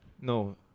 No